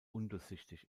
undurchsichtig